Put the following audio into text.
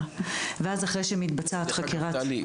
טלי,